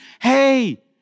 hey